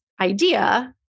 idea